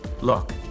Look